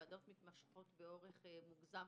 ישיבות הוועדות מתמשכות לאורך מוגזם,